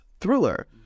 thriller